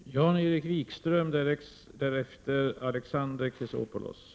Herr talman! Jag vill då fråga Åke Gustavsson: Hur snart är ”ganska snart”?